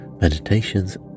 meditations